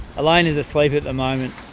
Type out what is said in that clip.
elayna's asleep at the moment.